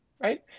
right